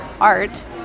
art